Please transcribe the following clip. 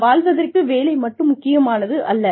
நாம் வாழ்வதற்கு வேலை மட்டும் முக்கியமானது அல்ல